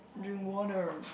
drink water